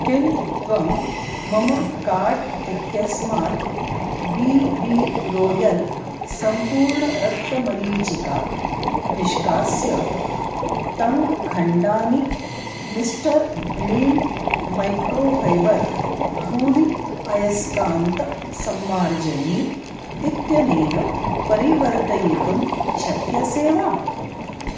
किं त्वं मम कार्ट् इत्यस्मात् बी बी रोयल् सम्पूर्णरक्तमरीचिका निष्कास्य तं खण्डानि मिस्टर् ग्लीम् मैक्रो फ़ैबर् धूली अयस्कान्तसम्मार्जनी इत्यनेन परिवर्तयितुं शक्यसे वा